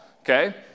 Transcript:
Okay